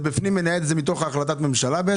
זה מתוך החלטת ממשלה?